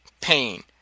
pain